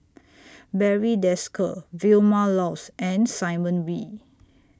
Barry Desker Vilma Laus and Simon Wee